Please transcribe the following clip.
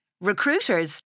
Recruiters